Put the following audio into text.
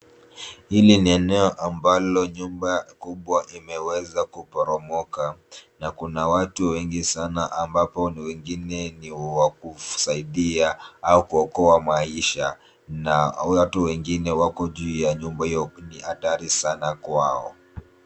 Hili ni eneo ambalo nyumba kubwa imeweza kuporomoka na kuna watu wengi sana ambapo wengine ni wakusaidia au kuokoa maisha na watu wengine wako juu ya nyumba hio ni hatari sana kwao .